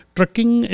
trucking